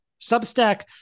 Substack